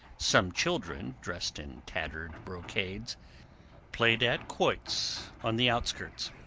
some children dressed in tattered brocades played at quoits on the outskirts.